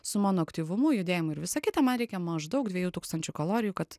su mano aktyvumu judėjimu ir visa kita man reikia maždaug dviejų tūkstančių kalorijų kad